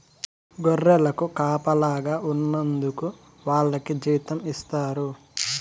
గొర్రెలకు కాపలాగా ఉన్నందుకు వాళ్లకి జీతం ఇస్తారు